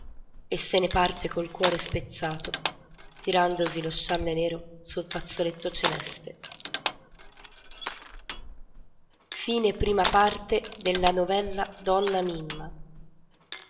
e se ne parte col cuore spezzato tirandosi lo scialle nero sul fazzoletto celeste novella donna mimma